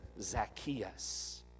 Zacchaeus